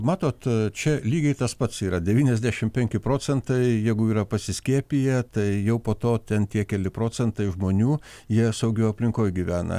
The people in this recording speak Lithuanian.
matot čia lygiai tas pats yra devyniasdešim penki procentai jeigu yra pasiskiepiję tai jau po to ten tie keli procentai žmonių jie saugioj aplinkoj gyvena